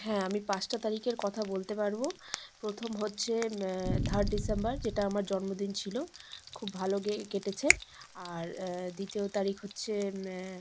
হ্যাঁ আমি পাঁচটা তারিখের কথা বলতে পারব প্রথম হচ্ছে থার্ড ডিসেম্বর যেটা আমার জন্মদিন ছিল খুব ভালো গে কেটেছে আর দ্বিতীয় তারিখ হচ্ছে